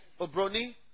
Obroni